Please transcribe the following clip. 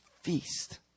feast